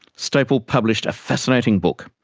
stapel published a fascinating book,